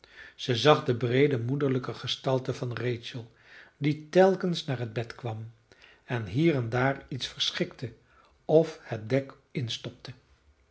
zij zag de breede moederlijke gestalte van rachel die telkens naar het bed kwam en hier en daar iets verschikte of het dek instopte